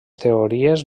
teories